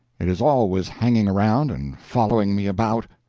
it is always hanging around and following me about.